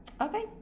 Okay